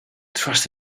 trust